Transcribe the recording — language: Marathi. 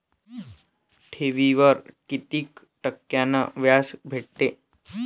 ठेवीवर कितीक टक्क्यान व्याज भेटते?